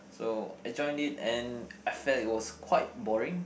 so I joined it and I felt it was quite boring